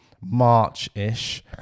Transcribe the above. March-ish